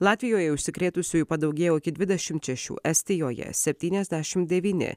latvijoje užsikrėtusiųjų padaugėjo iki dvidešimt šešių estijoje septyniasdešimt devyni